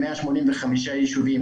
מ-185 ישובים,